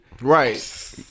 Right